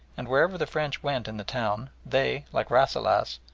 and wherever the french went in the town they, like rasselas,